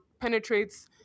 penetrates